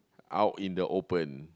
out in the open